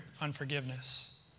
unforgiveness